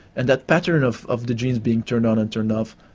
and that pattern of of the genes being turned on and turned off,